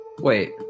Wait